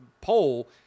poll